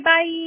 Bye